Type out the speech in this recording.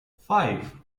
five